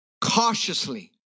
cautiously